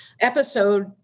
episode